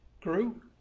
grew